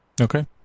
okay